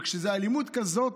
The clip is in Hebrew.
וכשזה אלימות כזאת,